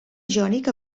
jònic